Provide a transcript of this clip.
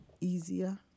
easier